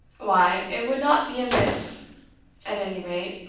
why, it would not be amiss at any rate,